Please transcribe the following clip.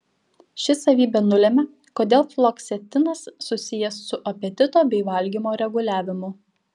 ši savybė nulemia kodėl fluoksetinas susijęs su apetito bei valgymo reguliavimu